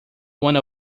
one